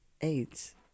AIDS